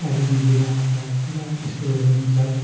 कालेबुङ जिल्लामा त पुरा स्कुलहरू पनि छ